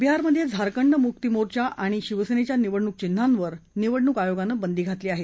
बिहारमधे झारखंड मुक्ती मोर्चा आणि शिवसेनेच्या निवडणूक चिन्हांवर निवडणूक आयोगानं बंदी घातली आहे